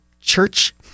church